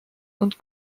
und